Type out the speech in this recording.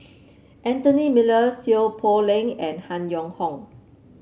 Anthony Miller Seow Poh Leng and Han Yong Hong